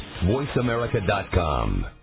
voiceamerica.com